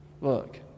Look